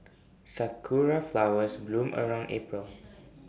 Sakura Flowers bloom around April